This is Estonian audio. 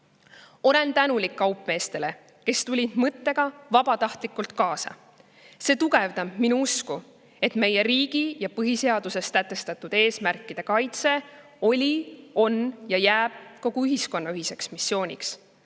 Olen tänulik kaupmeestele, kes tulid selle mõttega vabatahtlikult kaasa. See tugevdab minu usku, et meie riigi ja põhiseaduses sätestatud eesmärkide kaitse oli, on ja jääb kogu ühiskonna ühiseks missiooniks.